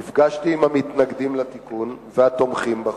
נפגשתי עם המתנגדים לתיקון והתומכים בחוק,